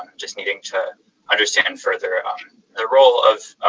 just needing to understand further the role of